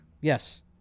Yes